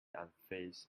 unfazed